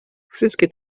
wszystkie